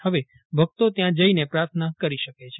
હવે ભક્તો ત્યાં જઈને પ્રાર્થના કરી શકે છે